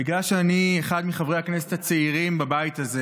בגלל שאני אחד מחברי הכנסת הצעירים בבית הזה,